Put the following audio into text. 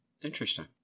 Interesting